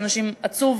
עצוב,